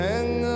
Hang